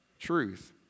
Truth